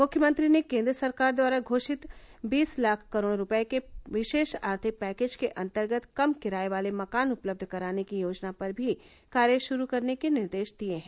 मुख्यमंत्री ने केंद्र सरकार द्वारा घोषित बीस लाख करोड़ रूपये के विशेष आर्थिक पैकेज के अंतर्गत कम किराये वाले मकान उपलब्ध कराने की योजना पर भी कार्य शुरू करने के निर्देश दिए हैं